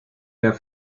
der